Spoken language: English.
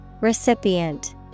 Recipient